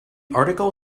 article